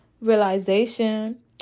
realization